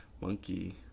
monkey